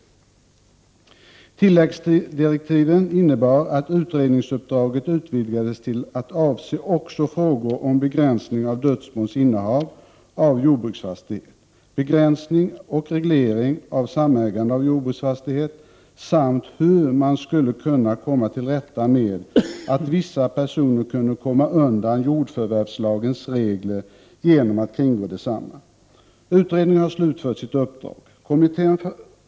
också frågor om begränsning av dödsbons innehav av jordbruksfastighet, om begränsning och reglering av samägande av jordbruksfastighet samt om hur man skulle kunna komma till rätta med att vissa personer kunde komma | undan jordförvärvslagens regler genom att kringgå desamma. Utredaren har slutfört sitt uppdrag.